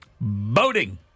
Boating